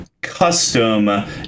custom